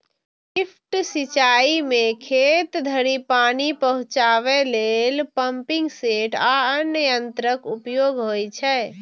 lift सिंचाइ मे खेत धरि पानि पहुंचाबै लेल पंपिंग सेट आ अन्य यंत्रक उपयोग होइ छै